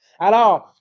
Alors